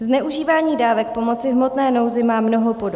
Zneužívání dávek pomoci v hmotné nouzi má mnoho podob.